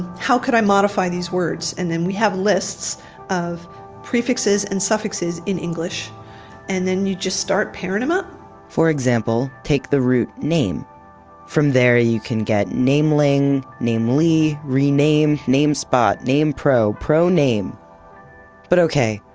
how can i modify these words? and then we have lists of prefixes and suffixes in english and then you just start pairing them up for example, take the root name from there you can get name nameling, namely, rename, namespot, namepro, proname. but okay,